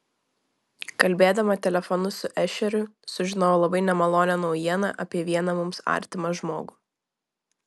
kalbėdama telefonu su ešeriu sužinojau labai nemalonią naujieną apie vieną mums artimą žmogų